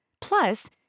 Plus